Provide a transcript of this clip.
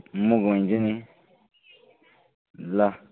म घुमाइदिन्छु नि ल